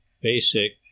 basic